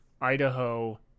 Idaho